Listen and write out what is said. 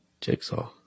Jigsaw